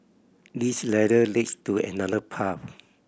this ladder leads to another path